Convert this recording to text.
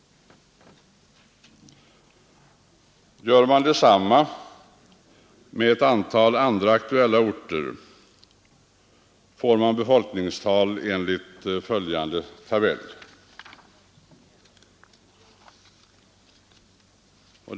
Gör man detsamma med ett antal andra aktuella orter, får man befolkningstal enligt den tabell som jag nu visar på bildskärmen.